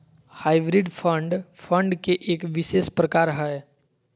hybrid fund, fund के एक विशेष प्रकार हय